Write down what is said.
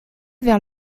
vers